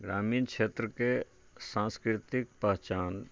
ग्रामीण क्षेत्र के सांस्कृतिक पहचान